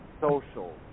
Social